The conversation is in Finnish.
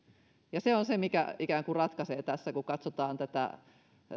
ja se on se mikä ikään kuin ratkaisee tässä kun katsotaan tätä